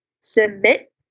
submit